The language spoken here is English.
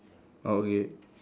oh okay